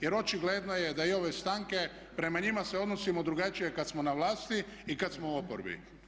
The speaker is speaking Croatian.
Jer očigledno je da i ove stanke, prema njima se odnosimo drugačije kad smo na vlasti i kad smo u oporbi.